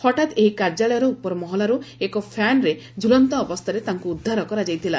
ହଠାତ୍ ଏହି କାର୍ଯ୍ୟାଳୟର ଉପର ମହଲାରୁ ଏକ ଫ୍ୟାନ୍ରେ ଝୁଲନ୍ତା ଅବସ୍ଥାରେ ତାଙ୍କୁ ଉଦ୍ଧାର କରାଯାଇଥିଲା